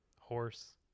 Horse